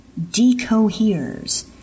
decoheres